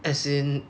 as in